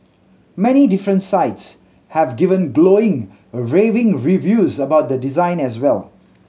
many different sites have given glowing raving reviews about the design as well